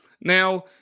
Now